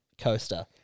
coaster